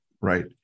Right